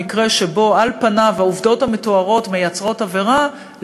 במקרה שבו על פניו העובדות המתוארות מייצרות עבירה,